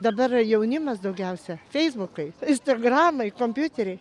dabar jaunimas daugiausia feisbukai instagramai kompiuteriai